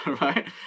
right